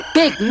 big